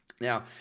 Now